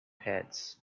hits